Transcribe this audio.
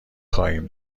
خواهیم